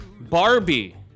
Barbie